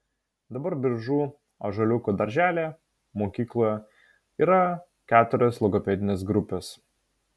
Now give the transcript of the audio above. dabar biržų ąžuoliuko darželyje mokykloje yra keturios logopedinės grupės